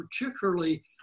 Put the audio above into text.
particularly